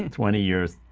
twenty years.